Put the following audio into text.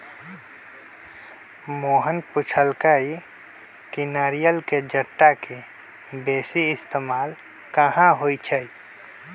मोहन पुछलई कि नारियल के जट्टा के बेसी इस्तेमाल कहा होई छई